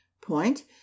point